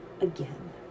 again